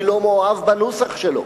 אני לא מאוהב בנוסח שלו,